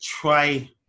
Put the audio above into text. try